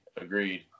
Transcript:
Agreed